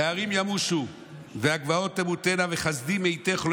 "ההרים ימושו והגבעות תמוטנה וחסדי מאתך לא